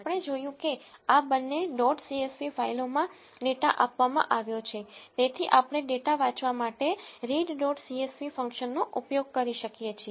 આપણે જોયું કે આ બંને ડોટ સીએસવી ફાઈલોમાં ડેટા આપવામાં આવ્યો છે તેથી આપણે ડેટા વાંચવા માટે રીડ ડોટ સીએસવી ફંક્શનનો ઉપયોગ કરી શકીએ છીએ